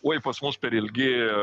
oi pas mus per ilgi